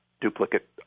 Duplicate